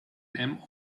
them